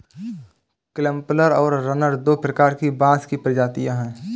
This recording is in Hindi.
क्लम्पर और रनर दो प्रकार की बाँस की प्रजातियाँ हैं